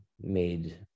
made